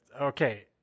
okay